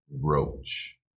roach